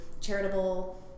charitable